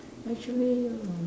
actually uh